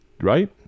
right